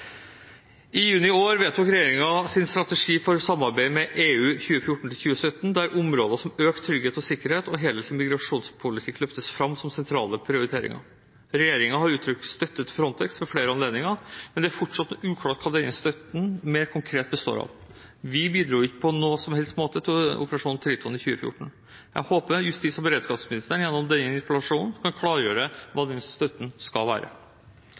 I juni i 2014 vedtok regjeringen sin strategi for samarbeidet med EU 2014 – 2017, der områder som økt trygghet og sikkerhet og en helhetlig migrasjonspolitikk løftes fram som sentrale prioriteringer. Regjeringen har uttrykt støtte til Frontex ved flere anledninger, men det er fortsatt uklart hva denne støtten mer konkret består av. Vi bidro jo ikke på noen som helst måte til Operasjon Triton i 2014. Jeg håper justis- og beredskapsministeren gjennom denne interpellasjonen kan klargjøre hva denne støtten skal være.